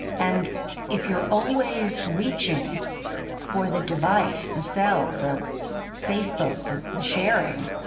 and if you're always reaching for the device, the cell, the facebook, the the sharing,